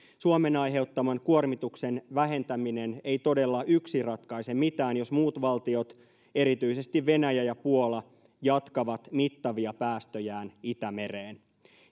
suomen aiheuttaman kuormituksen vähentäminen ei todella yksin ratkaise mitään jos muut valtiot erityisesti venäjä ja puola jatkavat mittavia päästöjään itämereen